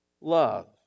love